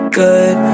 good